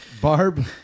Barb